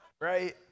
Right